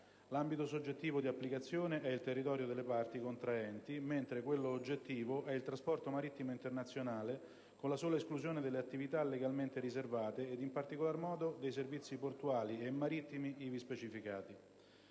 L'ambito soggettivo di applicazione è il territorio delle parti contraenti, mentre quello oggettivo è il trasporto marittimo internazionale, con la sola esclusione delle attività legalmente riservate e, in particolar modo, dei servizi portuali e marittimi ivi specificati.